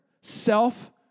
self